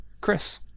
Chris